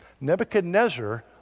Nebuchadnezzar